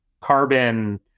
Carbon